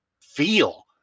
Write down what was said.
feel